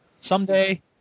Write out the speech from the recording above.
Someday